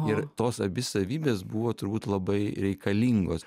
ir tos abi savybės buvo turbūt labai reikalingos